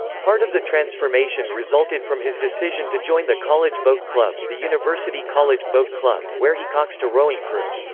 part of the transformation resulted from his decision to join the college boat club, the university college boat club, where he coxed a rowing crew.